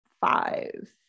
five